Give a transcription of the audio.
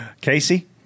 Casey